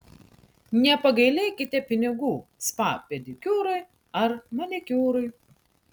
nepagailėkite pinigų spa pedikiūrui ar manikiūrui